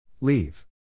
Leave